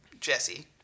Jesse